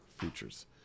features